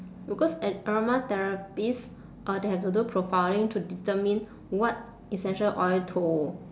because an aromatherapist uh they have to do profiling to determine what essential oil to